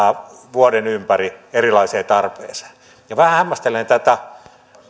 vuoden ympäri erilaisiin tarpeisiin vähän hämmästelen